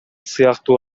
сыяктуу